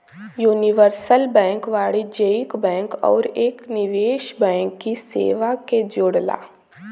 universal bank वाणिज्यिक bank आउर एक निवेश बैंक की सेवा के जोड़ला